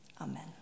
Amen